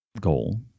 goal